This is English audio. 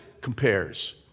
compares